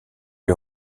lui